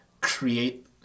create